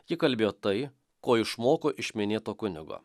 ji kalbėjo tai ko išmoko iš minėto kunigo